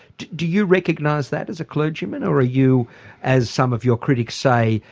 do you recognise that as a clergyman, or are you as some of your critics say,